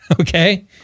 Okay